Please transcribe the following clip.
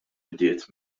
bdiet